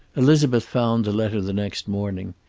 elizabeth found the letter the next morning.